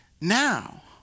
now